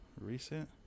Reset